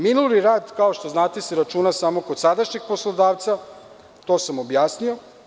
Minuli rad, kao što znate, se računa samo kod sadašnjeg poslodavca, to sam objasnio.